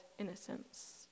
innocence